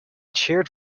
cheered